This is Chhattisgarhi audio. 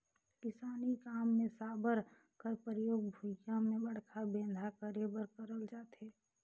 किसानी काम मे साबर कर परियोग भुईया मे बड़खा बेंधा करे बर करल जाथे